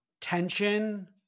tension